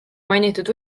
mainitud